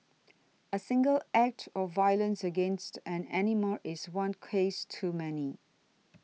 a single act of violence against an animal is one case too many